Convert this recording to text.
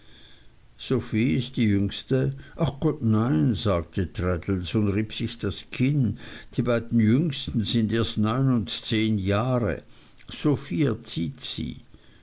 sophie ist die jüngste ach gott nein sagte traddles und rieb sich das kinn die beiden jüngsten sind erst neun und zehn jahre sophie erzieht sie